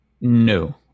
No